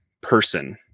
person